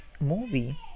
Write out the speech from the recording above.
movie